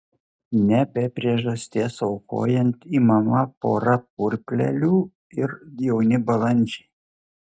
ne be priežasties aukojant imama pora purplelių ir du jauni balandžiai